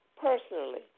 personally